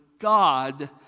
God